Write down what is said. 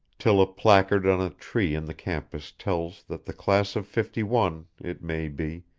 till a placard on a tree in the campus tells that the class of fifty one, it may be,